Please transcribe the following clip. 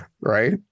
right